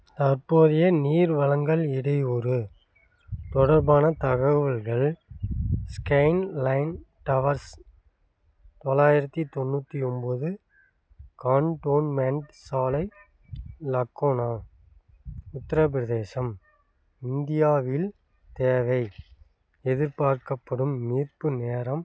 தற்போதைய நீர் வழங்கல் இடையூறு தொடர்பான தகவல்கள் ஸ்கைங்லைன் டவர்ஸ் தொள்ளாயிரத்தி தொண்ணூற்றி ஒன்போது கான்டோன்மெண்ட் சாலை லக்குனோ உத்திரப்பிரதேசம் இந்தியாவில் தேவை எதிர்பார்க்கப்படும் மீட்பு நேரம்